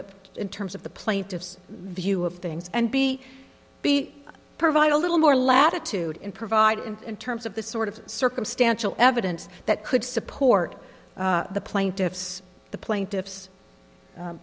that in terms of the plaintiff's view of things and b b provide a little more latitude and provide in terms of the sort of circumstantial evidence that could support the plaintiffs the plaintiffs